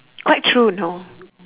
quite true know